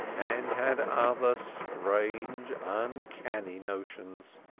and had other strange, uncanny notions.